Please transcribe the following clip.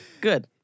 Good